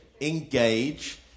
engage